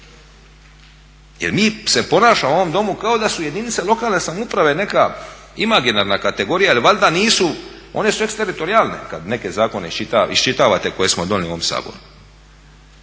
Jer mi se ponašamo u ovom Domu kao da su jedinice lokalne samouprave neka imaginarna kategorija jer valjda nisu, one su eksteritorijalne kada neke zakone iščitavate koje smo donijeli u ovom Saboru.